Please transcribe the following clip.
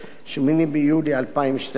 8 ביולי 2012,